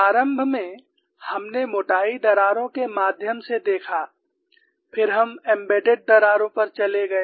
प्रारंभ में हमने मोटाई दरारों के माध्यम से देखा फिर हम एम्बेडेड दरारों पर चले गए